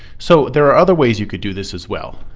so there are other ways you could do this as well.